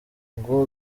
ngo